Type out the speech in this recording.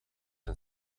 een